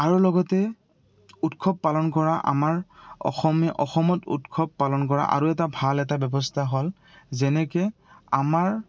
আৰু লগতে উৎসৱ পালন কৰা আমাৰ অসমীয়া অসমত উৎসৱ পালন কৰা আৰু এটা ভাল এটা ব্যৱস্থা হ'ল যেনেকে আমাৰ